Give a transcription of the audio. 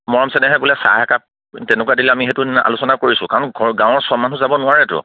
মৰম চেনেহে বোলে চাহেকাপ তেনেকুৱা দিলে আমি সেইটো আলোচনা কৰিছোঁ কাৰণ গাঁৱৰ চব মানুহ যাব নোৱাৰেতো